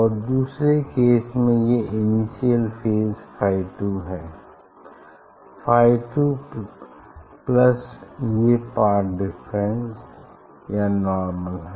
और दूसरे केस में ये इनिशियल फेज फाई 2 है फाई 2 प्लस ये पाथ डिफरेंस यह नार्मल है